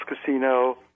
Casino